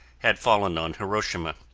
had fallen on hiroshima.